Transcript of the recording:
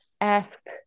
asked